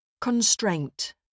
Constraint